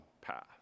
path